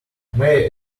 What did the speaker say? may